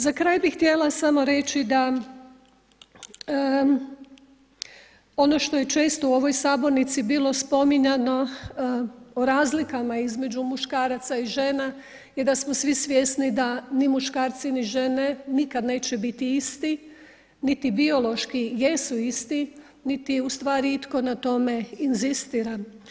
Za kraj bih htjela samo reći da ono što je često u ovoj sabornici bilo spominjano o razlikama između muškaraca i žena je da smo svi svjesni ni muškarci ni žene nikad neće biti isti niti biološki jesu isti, niti je u stvari itko na tome inzistira.